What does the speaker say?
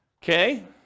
Okay